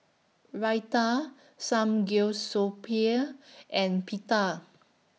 Raita and Pita